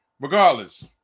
Regardless